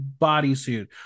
bodysuit